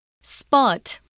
Spot